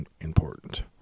important